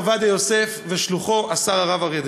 עובדיה יוסף ושלוחו השר הרב אריה דרעי,